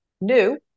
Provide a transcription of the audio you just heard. new